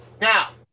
Now